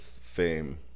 fame